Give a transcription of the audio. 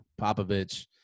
Popovich